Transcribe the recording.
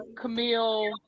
camille